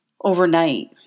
overnight